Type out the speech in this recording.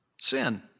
sin